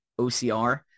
OCR